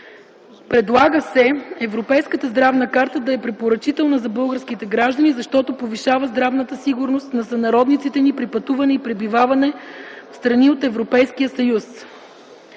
Предлага се Европейската здравна карта да е препоръчителна за българските граждани, защото повишава здравната сигурност на сънародниците ни при пътуване и пребиваване в страни от Европейския съюз.